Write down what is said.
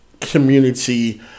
community